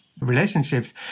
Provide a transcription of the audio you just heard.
relationships